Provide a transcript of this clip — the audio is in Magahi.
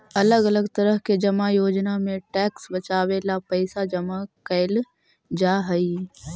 अलग अलग तरह के जमा योजना में टैक्स बचावे ला पैसा जमा कैल जा हई